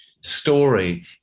story